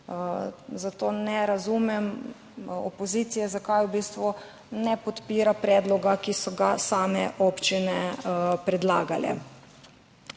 Zato ne razumem opozicije, zakaj v bistvu ne podpira predloga, ki so ga same občine predlagale.